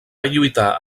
lluitar